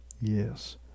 Yes